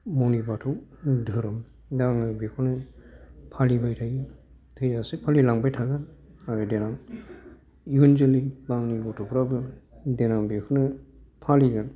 मनि बाथौ धोरोम दा आङो बिखौनो फालिबाय थायो थैजासे फालिलांबाय थागोन आरो देनां इउन जोलै बा आंनि गथ'फ्राबो देनां बेखौनो फालिगोन